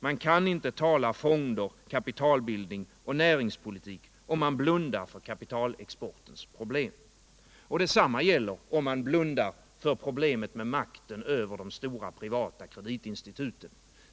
Man kan inte tala om fonder, kapitalbildning och näringspolitik om man blundar för kapitalexportens problem. Detsamma gäller om man blundar för problemen med makten över de stora privata kreditinstituten.